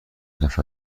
نفره